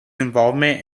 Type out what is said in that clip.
involvement